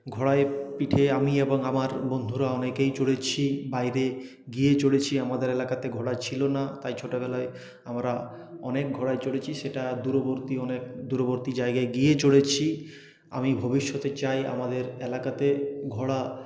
ঘোড়ায় পিঠে আমি এবং আমার বন্ধুরা অনেকেই চড়েছি বাইরে গিয়ে চড়েছি আমাদের এলাকাতে ঘোড়া ছিল না তাই ছোটোবেলায় আমরা অনেক ঘোড়ায় চড়েছি সেটা দূরবর্তী অনেক দূরবর্তী জায়গায় গিয়ে চড়েছি আমি ভবিষ্যতে চাই আমাদের এলাকাতে ঘোড়া